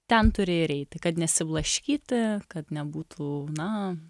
ten turi ir eiti kad nesiblaškyti kad nebūtų na